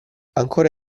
ancora